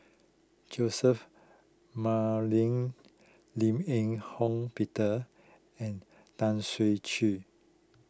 Joseph McNally Lim Eng Hock Peter and Tan Ser Cher